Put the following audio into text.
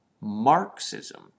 Marxism